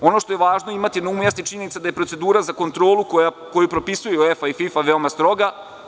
Ono što je važno imati na umu jeste činjenica da je procedura za kontrolu koju propisuje UEFA i FIFA veoma stroga.